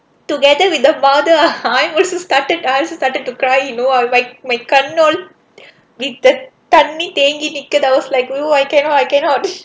together with the mother I also started I also started to cry you know like my கண்ணு:kannu all with that தண்ணி தேங்கி நிக்கிது:thanni thaengi nikkithu I was like oh I cannot I cannot